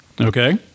Okay